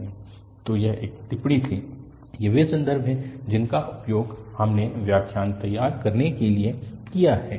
So that was a remark these are the references we have used for preparing lectures तो यह एक टिप्पणी थी ये वे संदर्भ हैं जिनका उपयोग हमने व्याख्यान तैयार करने के लिए किया है